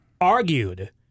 argued